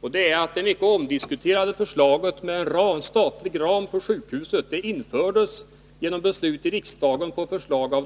Den ena är att det mycket omdiskuterade Troedsson. En stor del av diskussionen har handlat om just denna ram.